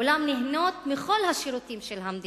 אולם נהנות מכל השירותים של המדינה,